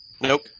Nope